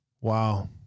Wow